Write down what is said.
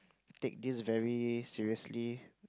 take this very seriously